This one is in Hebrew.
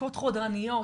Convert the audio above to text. בדיקות חודרניות,